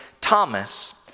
Thomas